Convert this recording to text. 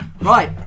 Right